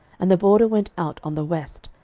and the border went out on the west,